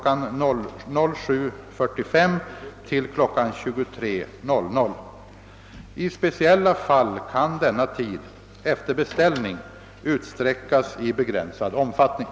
07.45 till kl. 23.00. I speciella fall kan denna tid, efter beställning, utsträckas i begränsad omfattning.